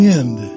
end